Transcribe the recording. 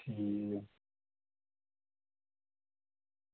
ठीक ऐ